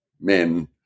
men